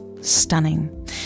stunning